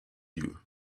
you